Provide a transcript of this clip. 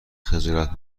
خجالت